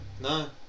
no